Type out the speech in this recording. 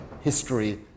history